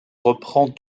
reprend